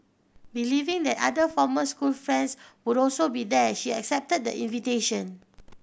believing that other former school friends would also be there she accepted the invitation